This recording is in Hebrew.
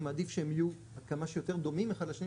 אני מעדיף שהם יהיו עד כמה שיותר דומים אחד לשני,